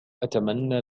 أتمنى